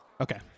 Okay